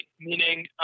meaning